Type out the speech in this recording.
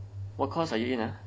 what course are you in ah